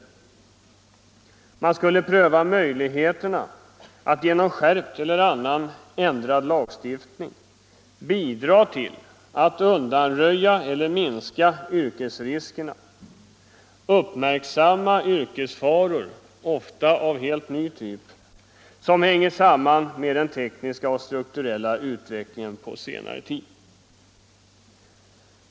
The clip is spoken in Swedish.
Utredningen skall ”pröva möjligheterna att genom skärpt eller annars ändrad lagstiftning bidra till att undanröja eller minska yrkesriskerna”. Den skall vidare ”uppmärksamma yrkesfaror — ofta av en helt ny typ - som hänger samman med den tekniska och strukturella utvecklingen på senare tid”.